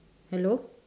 hello